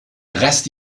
rest